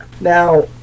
Now